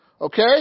Okay